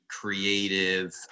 creative